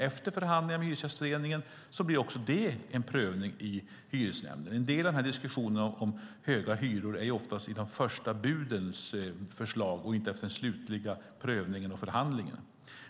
Efter förhandlingar med Hyresgästföreningen blir det prövning i hyresnämnden. I en del av diskussionerna om höga hyror handlar det ofta om de första budens förslag, inte förslag efter den slutliga prövningen och förhandlingen.